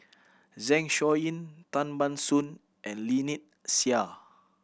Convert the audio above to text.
Zeng Shouyin Tan Ban Soon and Lynnette Seah